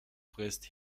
frisst